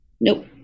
nope